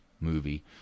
movie